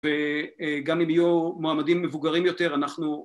וגם אם יהיו מועמדים מבוגרים יותר אנחנו